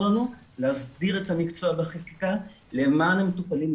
לנו להסדיר את המקצוע בחקיקה למען המטופלים,